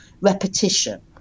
repetition